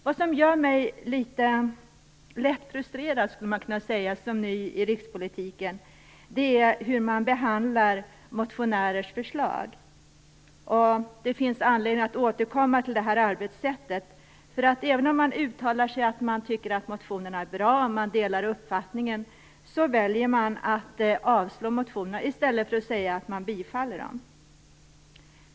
Vad som gör mig, som är ny i rikspolitiken, lätt frustrerad är hur motionärers förslag behandlas. Även om man uttalar att man tycker att motionerna är bra och att man delar motionärernas uppfattning väljer man att föreslå avslag i stället för bifall. Det finns anledning att återkomma till detta arbetssätt.